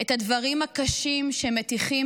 את הדברים הקשים שמטיחים